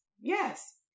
Yes